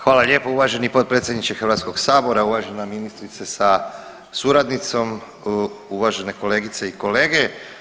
Hvala lijepo uvaženi potpredsjedniče Hrvatskog sabora, uvažena ministrice sa suradnicom, uvažene kolegice i kolege.